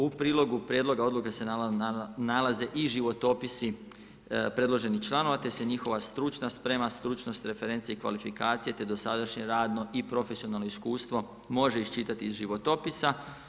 U prilogu prijedloga odluke se nalaze i životopisi predloženih članova te se njihova stručna spremna, stručnost referencije i kvalifikacije te dosadašnje radno i profesionalno iskustvo može iščitati iz životopisa.